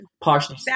partially